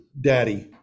daddy